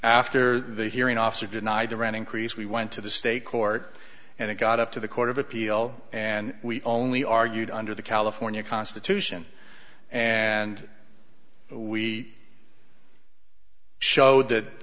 after the hearing officer denied the right increase we went to the state court and it got up to the court of appeal and we only argued under the california constitution and we showed that